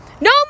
no